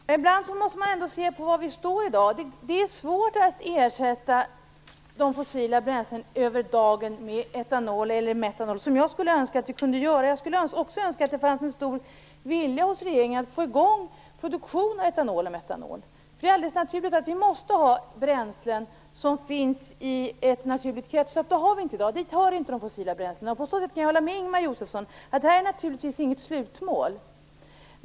Herr talman! Ibland måste man ändå se på var vi står i dag. Det är svårt att ersätta de fossila bränslena över en dag med etanol eller metanol, vilket jag skulle önska att vi kunde göra. Jag skulle också önska att det fanns en stor vilja hos regeringen att få i gång produktionen av etanol och metanol. Det är alldeles naturligt att vi måste ha bränslen som finns i ett naturligt kretslopp, och det har vi inte i dag. Dit hör inte de fossila bränslena. Jag kan hålla med Ingemar Josefsson om att det här naturligtvis inte är ett slutmål.